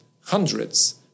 hundreds